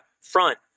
front